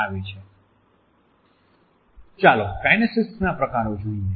ચાલો કાઈનેસીક્સના પ્રકારો જોઈએ